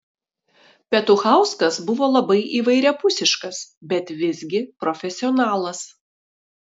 petuchauskas buvo labai įvairiapusiškas bet visgi profesionalas